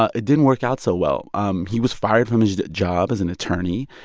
ah it didn't work out so well. um he was fired from his job as an attorney,